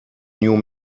new